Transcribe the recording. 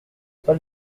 pas